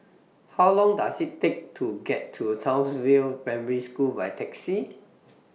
How Long Does IT Take to get to Townsville Primary School By Taxi